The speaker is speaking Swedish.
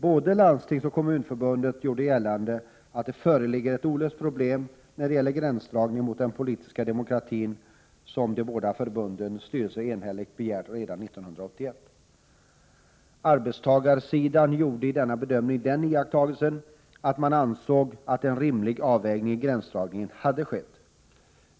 Både Landstingsförbundet och Kommunförbundet gjorde gällande att det föreligger ett olöst problem när det gäller gränsdragningen mot den politiska demokratin, som de båda förbundens styrelser enhälligt begärt redan 1981. Arbetstagarsidan gjorde i denna bedömning den iakttagelsen, att en rimlig avvägning i gränsdragningen hade skett.